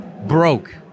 Broke